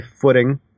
footing